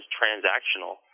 transactional